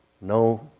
No